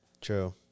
True